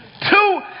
Two